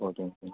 ஓகேங்க சார்